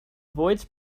avoids